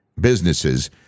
businesses